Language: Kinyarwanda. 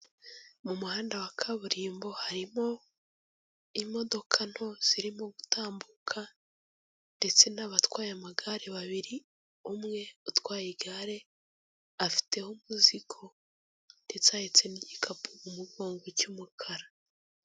Mu muhanda wa kaburimbo harimo imodoka nto zirimo gutambuka ndetse n'abatwaye amagare babiri, umwe utwaye igare, afiteho umuzigo ndetse ahetse n'igikapu mu mugongo cy'umukara.